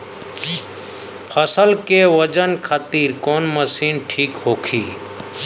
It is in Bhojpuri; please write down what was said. फसल के वजन खातिर कवन मशीन ठीक होखि?